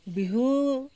Bihu